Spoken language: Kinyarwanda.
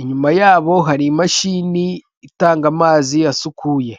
inyuma yabo hari imashini itanga amazi asukuye.